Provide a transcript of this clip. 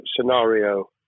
scenario